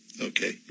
Okay